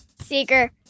Seeker